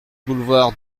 boulevard